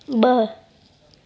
ब॒